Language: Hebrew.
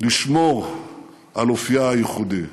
לשמור על אופייה הייחודי,